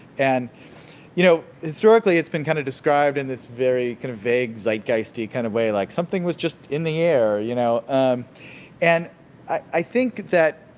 and you know historically, it's been kind of described in this very vague zeitgeisty kind of way. like, something was in the air you know um and i think that